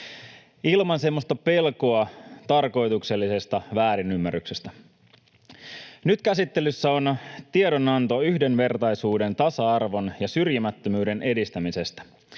ilman semmoista pelkoa tarkoituksellisesta väärinymmärryksestä. Nyt käsittelyssä on tiedonanto yhdenvertaisuuden, tasa-arvon ja syrjimättömyyden edistämisestä,